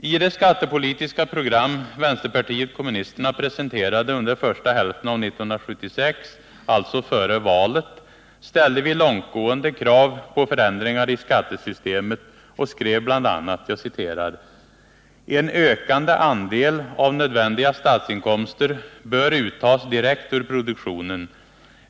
I det skattepolitiska program som vänsterpartiet kommunisterna presenterade under första hälften av 1976, alltså före valet, ställde vi långtgående krav på förändringar i skattesystemet och skrev bl.a.: ”En ökande andel av nödvändiga statsinkomster bör uttas direkt ur produktionen.